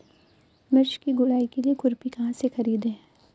मिर्च की गुड़ाई के लिए खुरपी कहाँ से ख़रीदे?